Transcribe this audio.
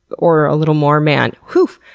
or a little more, man. whoo!